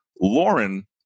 Lauren